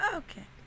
okay